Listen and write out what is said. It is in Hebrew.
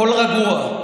הכול רגוע,